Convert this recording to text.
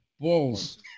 balls